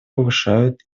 повышают